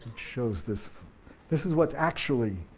shows this this is what's actually